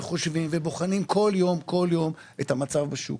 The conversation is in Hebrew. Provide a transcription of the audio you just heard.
חושבים ובוחנים כל יום את המצב בשוק,